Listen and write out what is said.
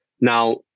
Now